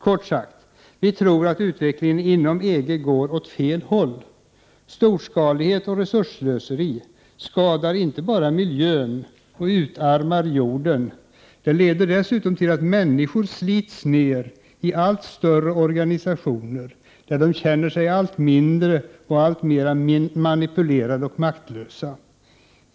Kort sagt, vi tror att utvecklingen inom EG går åt alldeles fel håll: storskalighet och resursslöseri inte bara skadar miljön och utarmar jorden, det leder dessutom till att människor slits ned i allt större organisationer, där de känner sig allt mindre, alltmer manipulerade och maktlösa.